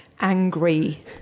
angry